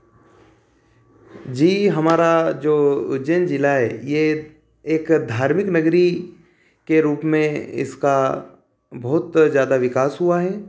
जी हमारा जो उज्जैन जिला है यह एक धार्मिक नगरी के रूप में इसका बहुत ज़्यादा विकास हुआ है